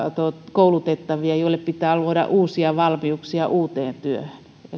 koulutettavia joille pitää luoda uusia valmiuksia uuteen työhön eli